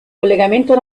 collegamento